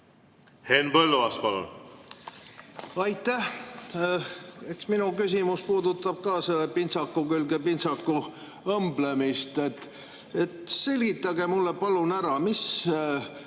Henn Põlluaas, palun! Aitäh! Eks minu küsimus puudutab ka selle nööbi külge pintsaku õmblemist. Selgitage mulle palun ära, mis